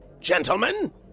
Gentlemen